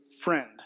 friend